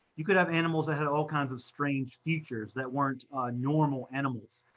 you could have animals that had all kinds of strange features, that weren't normal animals.